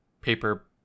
paper